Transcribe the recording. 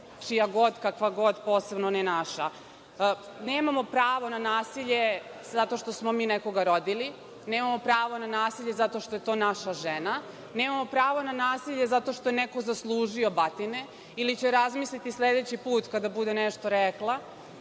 čija god, kakva god, posebno ne naša. Nemamo pravo na nasilje zato što smo mi nekoga rodili. Nemamo pravo na nasilje zato što je to naša žena. Nemamo pravo na nasilje zato što je neko zaslužio batine ili će razmisliti sledeći put kada bude nešto rekla.